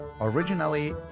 Originally